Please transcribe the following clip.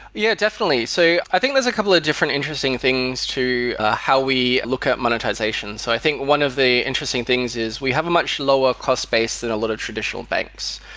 yeah, definitely. so i think there're a couple of different interesting things to how we look at monetization. so i think one of the interesting things is we have a much lower cost space than a lot of traditional banks.